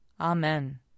Amen